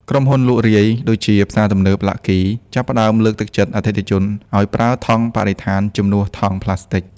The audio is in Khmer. ក្រុមហ៊ុន លក់រាយ ដូចជាផ្សារទំនើប ឡាក់គី (Lucky) ចាប់ផ្ដើមលើកទឹកចិត្តអតិថិជនឱ្យប្រើថង់បរិស្ថានជំនួសថង់ប្លាស្ទិក។